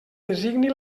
designi